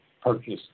purchased